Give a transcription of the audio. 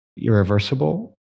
irreversible